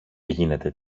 γίνεται